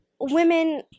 women